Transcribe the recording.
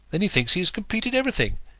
then he thinks he has completed everything,